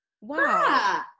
Wow